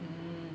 mm